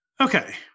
Okay